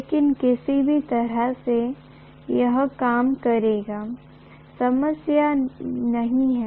लेकिन किसी भी तरह से यह काम करेगा समस्या नहीं है